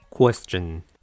Question